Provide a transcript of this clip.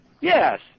Yes